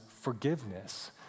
forgiveness